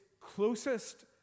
closest